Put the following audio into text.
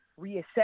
reassess